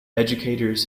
educators